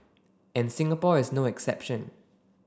and Singapore is no exception